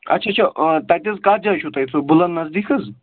اچھا اچھا تَتہِ حظ کَتھ جایہِ چھُو تۄہہِ ہُہ بُلَن نزدیٖک حظ